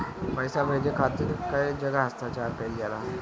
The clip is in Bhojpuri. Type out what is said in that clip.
पैसा भेजे के खातिर कै जगह हस्ताक्षर कैइल जाला?